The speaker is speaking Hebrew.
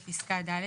בפסקה (ד),